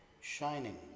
shining